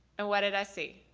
and what did i see.